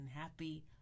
happy